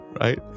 Right